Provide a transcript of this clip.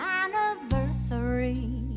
anniversary